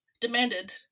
demanded